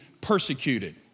persecuted